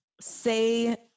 say